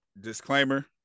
disclaimer